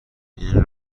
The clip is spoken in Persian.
این